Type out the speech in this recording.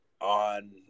on